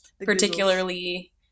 particularly